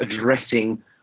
addressing